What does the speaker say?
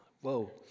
Whoa